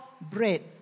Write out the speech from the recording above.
bread